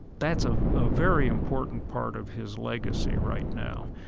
that's a ah very important part of his legacy right now.